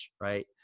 right